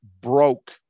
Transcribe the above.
broke